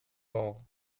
all